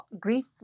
grief